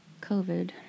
COVID